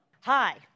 Hi